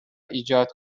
ایجاد